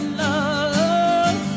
love